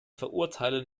verurteilen